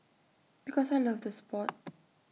because I loved the Sport